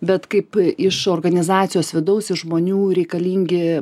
bet kaip iš organizacijos vidaus iš žmonių reikalingi